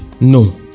No